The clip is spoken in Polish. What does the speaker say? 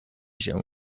się